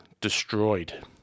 destroyed